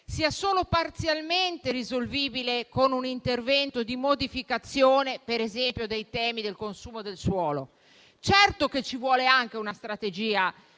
sia solo parzialmente risolvibile con un intervento di modificazione, per esempio, dei temi del consumo del suolo. Certo che ci vuole anche una strategia